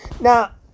Now